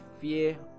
fear